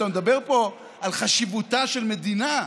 אתה מדבר פה על חשיבותה של מדינה,